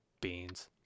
beans